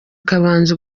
ukabanza